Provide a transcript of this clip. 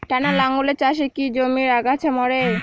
টানা লাঙ্গলের চাষে কি জমির আগাছা মরে?